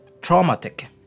traumatic